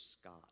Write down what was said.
Scott